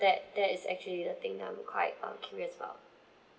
that that is actually the thing that I'm quite uh curious about